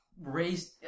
Raised